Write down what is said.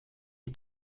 est